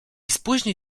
spóźni